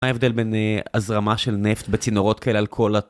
מה ההבדל בין הזרמה של נפט בצינורות כאלה על כל ה..